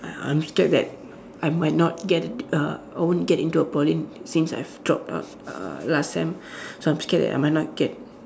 I I'm scared that I might not get uh I won't get into a Poly since I've drop out uh last sem so I'm scared that I might not get